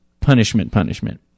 punishment-punishment